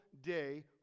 day